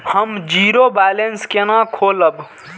हम zero balance केना खोलैब?